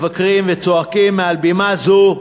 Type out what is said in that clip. מבקשים וצועקים מעל במה זו,